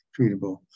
treatable